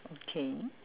okay